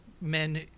men